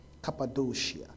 Cappadocia